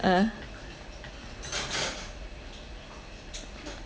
ah